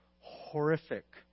horrific